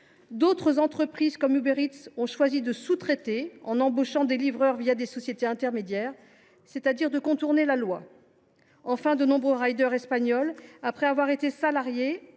D’autres entreprises, comme Uber Eats, ont choisi de sous traiter en embauchant des livreurs des sociétés intermédiaires, c’est à dire de contourner la loi. Enfin, de nombreux espagnols, après avoir été salariés,